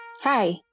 Hi